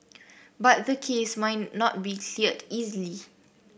but the case might not be cleared easily